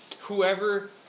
whoever